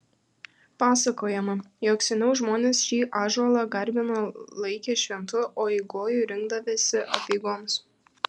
pasakojama jog seniau žmonės šį ąžuolą garbino laikė šventu o į gojų rinkdavęsi apeigoms